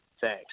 Thanks